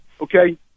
okay